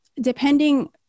depending